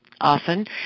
often